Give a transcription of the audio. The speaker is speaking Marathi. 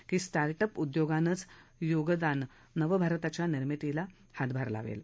की स्टार्ट अप उद्योगांच योगदाने नव भारताच्या निर्मितीला हातभार लावेल